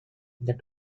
there